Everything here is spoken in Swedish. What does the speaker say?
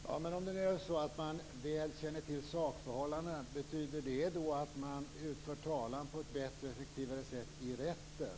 Fru talman! Om det nu är så att man väl känner till sakförhållandena, betyder det då att att man för talan på ett bättre och effektivare sätt i rätten?